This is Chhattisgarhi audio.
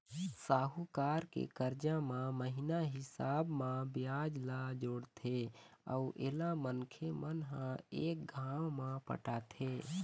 साहूकार के करजा म महिना हिसाब म बियाज ल जोड़थे अउ एला मनखे मन ह एक घांव म पटाथें